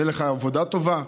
תהיה לך עבודה טובה,